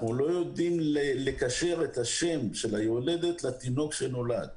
אנחנו לא יודעים לקשר את השם של היולדת לתינוק שנולד.